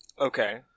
Okay